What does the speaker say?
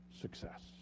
success